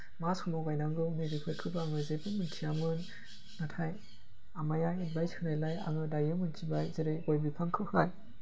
मा समाव गायनांगौ नै बेफोरखौबो आङो जेबो मिथियामोन नाथाय आमाइया एडभाइस नायलाय आङो दायो मोनथिबाय जेरै गय बिफांखौहाय